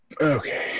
Okay